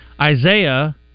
Isaiah